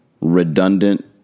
redundant